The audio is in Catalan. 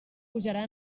pujarà